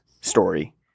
story